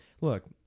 Look